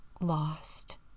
lost